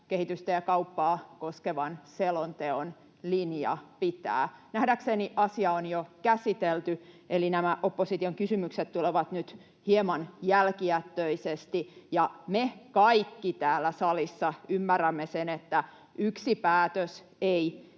kehitystä ja kauppaa koskevan selonteon linja pitää. Nähdäkseni asia on jo käsitelty, eli nämä opposition kysymykset tulevat nyt hieman jälkijättöisesti. Ja me kaikki täällä salissa ymmärrämme sen, että yksi päätös ei